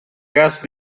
gas